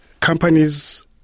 companies